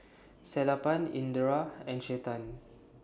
Sellapan Indira and Chetan